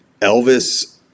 Elvis